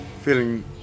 feeling